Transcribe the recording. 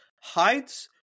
hides